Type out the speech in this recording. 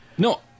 No